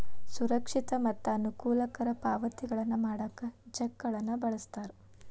ಸುರಕ್ಷಿತ ಮತ್ತ ಅನುಕೂಲಕರ ಪಾವತಿಗಳನ್ನ ಮಾಡಾಕ ಚೆಕ್ಗಳನ್ನ ಬಳಸ್ತಾರ